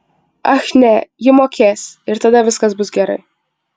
ach ne ji mokės ir tada viskas bus gerai